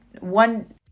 one